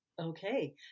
Okay